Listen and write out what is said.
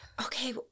Okay